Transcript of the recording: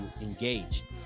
engaged